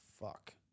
fuck